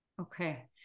Okay